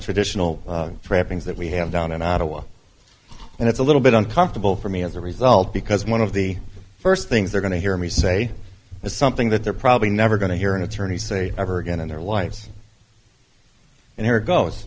traditional trappings that we have down in ottawa and it's a little bit uncomfortable for me as a result because one of the first things they're going to hear me say is something that they're probably never going to hear an attorney say ever again in their lives and here goes